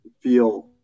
feel